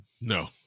no